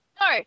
no